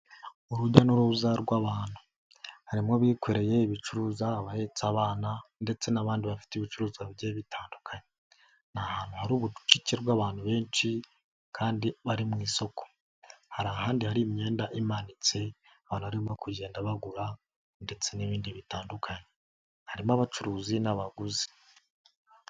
Urujya n'uruza rw'abantu harimo abikoreye ibicuruza, abahetse abana ndetse n'abandi, bafite ibicuruzwa bijya bitandukanye. Ni ahantu hari ubucucike bw'abantu benshi kandi bari mu isoko. Hari ahandi hari imyenda imanitse abantu barimo kugenda bagura ndetse n'ibindi bitandukanye harimo abacuruzi n'abaguzi.